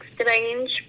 strange